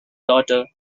daughter